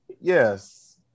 Yes